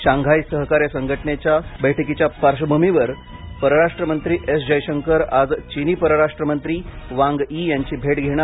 Shanghai सहकार्य संघटनेच्या बैठकीच्या पार्श्वभूमीवर परराष्ट्रमंत्री एस जयशंकर आज चिनी परराष्ट्रमंत्री वांग यी यांची भेट घेणार